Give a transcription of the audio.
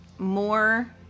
more